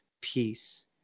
peace